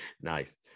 Nice